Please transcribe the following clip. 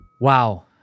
Wow